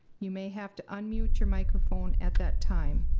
you may have to unmute your microphone at that time.